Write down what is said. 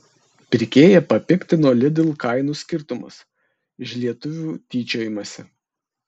pirkėją papiktino lidl kainų skirtumas iš lietuvių tyčiojamasi